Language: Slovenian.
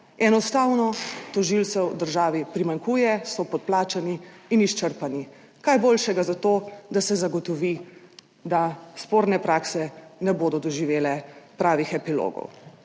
Enostavno tožilcev v državi primanjkuje, so podplačani in izčrpani. Kaj boljšega, zato da se zagotovi, da sporne prakse ne bodo doživele pravih epilogov!